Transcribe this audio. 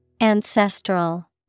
Ancestral